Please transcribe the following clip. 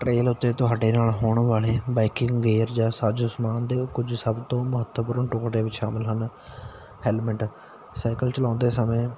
train ਉੱਤੇ ਤੁਹਾਡੇ ਨਾਲ ਹੋਣ ਵਾਲੇ ਬਾਈਕਿੰਗ ਗੇਅਰ ਜਾਂ ਸਾਜੋ ਸਮਾਨ ਦਿਓ ਕੁੱਝ ਸੱਭ ਤੋਂ ਮਹੱਤਵਪੂਰਨ ਟੋਪ ਦੇ ਵਿੱਚ ਸ਼ਾਮਿਲ ਹਨ ਹੈਲਮਟ ਸਾਈਕਲ ਚਲਾਉਂਦੇ ਸਮੇਂ